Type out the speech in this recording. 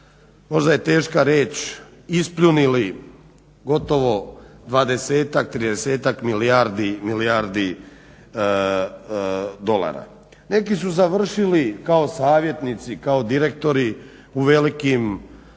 možda je teška riječ ispljunili gotovo 20-tak, 30-tak milijardi dolara. Neki su završili kao savjetnici, kao direktori u velikim